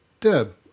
Deb